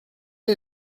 est